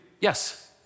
Yes